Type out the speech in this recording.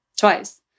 twice